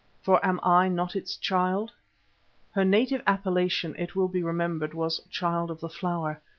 for am i not its child her native appellation, it will be remembered, was child of the flower.